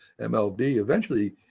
MLB—eventually